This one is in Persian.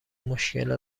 مشکل